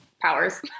Powers